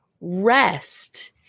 rest